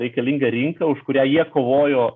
reikalinga rinka už kurią jie kovojo